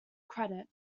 credit